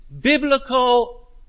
biblical